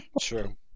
true